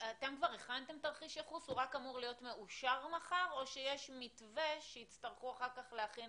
מה קיים היום אל מול מה שצריך ואיך המשרד מתכוון להיערך